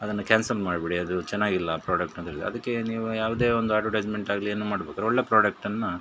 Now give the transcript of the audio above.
ಅದನ್ನು ಕ್ಯಾನ್ಸಲ್ ಮಾಡಿಬಿಡಿ ಅದು ಚೆನ್ನಾಗಿಲ್ಲ ಆ ಪ್ರಾಡಕ್ಟ್ ಅಂತ ಹೇಳಿದೆ ಅದಕ್ಕೆ ನೀವು ಯಾವುದೇ ಒಂದು ಅಡ್ವಟೈಸ್ಮೆಂಟ್ ಆಗಲಿ ಏನು ಮಾಡ್ಬೇಕಾದ್ರು ಒಳ್ಳೆಯ ಪ್ರಾಡಕ್ಟನ್ನು